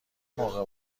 موقع